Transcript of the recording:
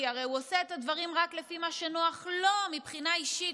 כי הוא הרי עושה את הדברים רק לפי מה שנוח לו מבחינה אישית,